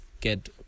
get